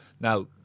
Now